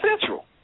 Central